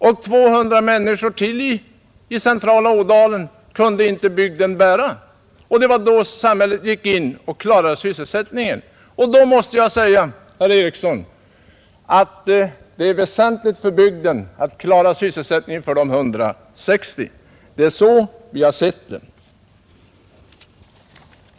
200 friställda människor till i centrala Ådalen kunde inte bygden bära. Det var då samhället gick in och klarade sysselsättningen. Då måste jag säga, herr Ericsson, att det är väsentligt för bygden att klara sysselsättningen för de 160. Det är så vi har sett det.